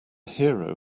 hero